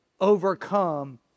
overcome